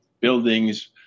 buildings